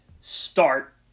start